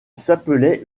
s’appelait